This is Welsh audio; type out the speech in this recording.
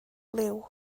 liw